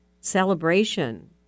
celebration